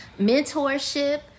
Mentorship